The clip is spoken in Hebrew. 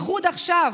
בייחוד עכשיו,